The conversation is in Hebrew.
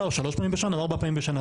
או שלוש פעמים בשנה או ארבע פעמים בשנה.